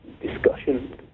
discussion